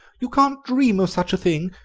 you can't dream of such a thing!